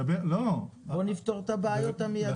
בואו נפתור את הבעיות המיידיות.